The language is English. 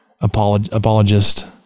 apologist